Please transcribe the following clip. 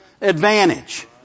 advantage